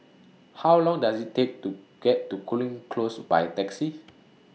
How Long Does IT Take to get to Cooling Close By Taxi